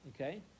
Okay